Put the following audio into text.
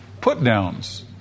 put-downs